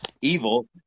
evil